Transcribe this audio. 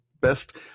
Best